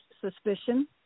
suspicion